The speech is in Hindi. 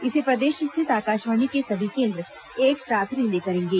इसे प्रदेश स्थित आकाशवाणी के सभी केंद्र एक साथ रिले करेंगे